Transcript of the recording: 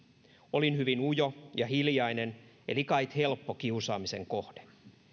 olin hyvin ujo ja hiljainen eli kait helppo kiusaamisen kohde